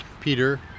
Peter